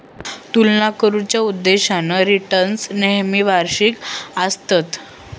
तुलना करुच्या उद्देशान रिटर्न्स नेहमी वार्षिक आसतत